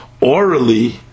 Orally